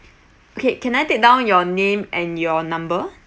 okay can I take down your name and your number